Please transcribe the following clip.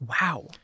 Wow